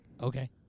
Okay